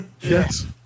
Yes